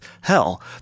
hell